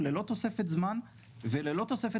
זה היה גוף שנתפר בתוך כל הרשות ולא יחידה נפרדת.